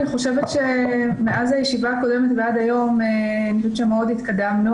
אני חושבת שמאז הישיבה הקודמת ועד היום מאוד התקדמנו.